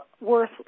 worth